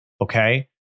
Okay